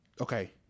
okay